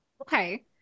Okay